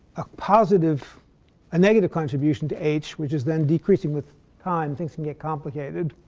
a positive a negative contribution to h, which is then decreasing with time. things can get complicated.